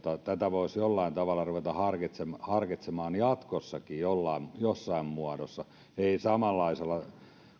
voisi jollain tavalla ruveta harkitsemaan harkitsemaan jatkossakin jossain muodossa ei samanlaisella